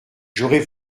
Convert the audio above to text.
j’aurais